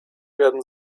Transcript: werden